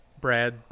Brad